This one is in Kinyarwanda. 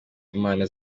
inama